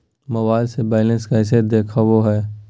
Mobile से balance कैसे देखाबो है?